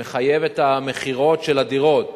במכירות של הדירות